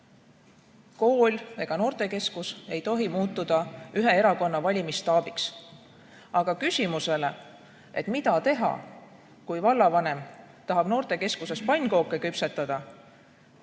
kool ega noortekeskus ei tohi muutuda ühe erakonna valimisstaabiks. Aga küsimusele, mida teha, kui vallavanem tahab noortekeskuses pannkooke küpsetada,